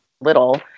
little